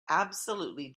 absolutely